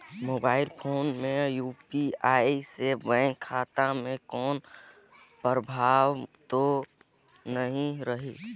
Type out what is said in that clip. Mobile phone UPI यू.पी.आई से bank खाता मे कोनो प्रभाव तो नइ रही?